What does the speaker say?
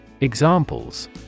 examples